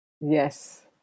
Yes